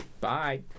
Bye